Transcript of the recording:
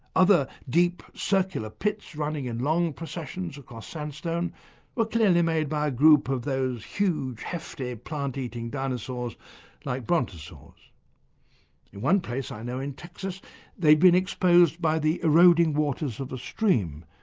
other deep circular pits running in long processions across sandstone sandstone were clearly made by a group of those huge hefty plant-eating dinosaurs like brontosaurs. in one place i know in texas they've been exposed by the eroding waters of a stream,